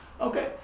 okay